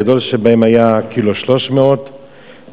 הגדול שבהם היה 1.300 ק"ג,